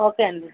okay అండి